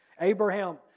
Abraham